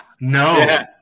No